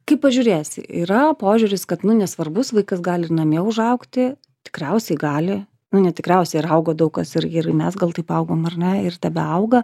kaip pažiūrėsi yra požiūris kad nu nesvarbus vaikas gali ir namie užaugti tikriausiai gali nu ne tikriausiai ir augo daug kas ir ir mes gal taip augom ar ne ir tebeauga